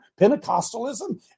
Pentecostalism